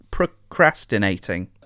procrastinating